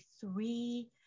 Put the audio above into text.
three